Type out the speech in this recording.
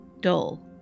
Dull